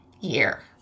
year